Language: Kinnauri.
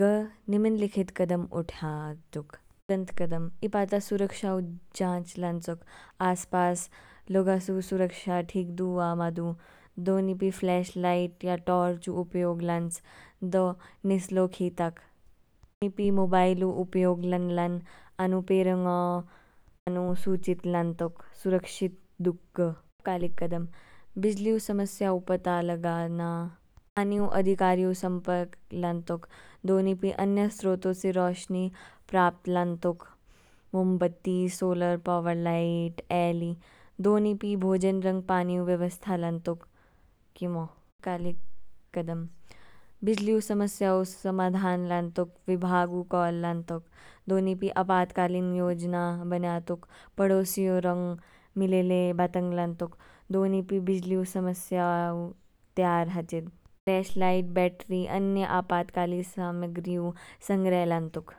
ग निमलिखित कदम उठ्यजोक, ईपा ता सुरक्षाओ जांच लानचोक, आस पास लोगस ऊ सुरक्षा ठीक दू आ मादु। दो निपी फ्लैश लाइट या टॉर्च ऊ उपयोग लांच, दो नीस लो खिताक। निपी मोबाइल ऊ उपयोग लांन लान आनु पेरोंगा नु सूचित लानत्तोक सुरक्षित दुक। तत्कालिक कदम, बिजली ऊ समस्या ऊ पता लगाना। अधिकारी ऊ सम्पर्क लानतोक। दोनीपि अन्य स्त्रोत इस रोशनी प्राप्त लान तोक, मोमबत्ती, सोलर पॉवर लाइट, ए ली। दोनीपि भोजन रंग पानी ऊ व्यवस्था लातोक कीमो। तत्कालिक कदम बिजली ऊ समस्या ऊ समाधान लातोक, विभाग ऊ कॉल लातोक, दोनीपि अपातकालीन योजना बन्यातोक। पड़ोसी ऊ रंग मिलेले बातंग लातोक। दोनीपि बिजली ऊ समस्या ऊ तयार हाचिद, फ्लैश लाइट, बैटरी अन्य आपत्कालीन सामग्री ऊ संग्रह लातोक।